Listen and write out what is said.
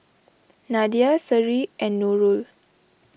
Nadia Seri and Nurul